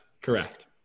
Correct